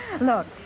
Look